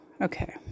Okay